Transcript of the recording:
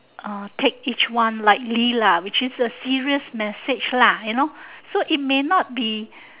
ah take each one lightly lah which is a serious message lah you know so it may not be